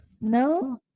No